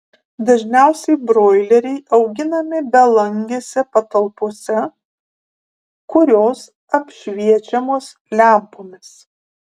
dažniausiai broileriai auginami belangėse patalpose kurios apšviečiamos lempomis